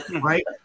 right